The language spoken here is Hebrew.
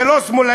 זה לא שמאלני,